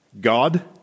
God